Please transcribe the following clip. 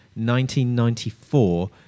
1994